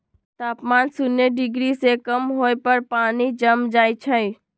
तापमान शुन्य डिग्री से कम होय पर पानी जम जाइ छइ